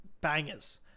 Bangers